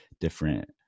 different